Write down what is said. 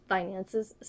Finances